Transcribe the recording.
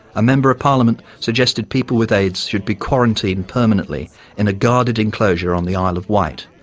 a member of parliament suggested people with aids should be quarantined permanently in a guarded enclosure on the isle of wight,